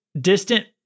distant